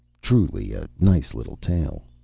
truly a nice little tale.